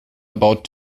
about